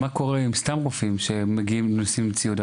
מה קורה עם סתם רופאים שהם מגיעים לשים ציוד?